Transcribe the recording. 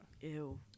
Ew